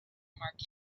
market